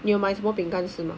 有买什么饼干吃吗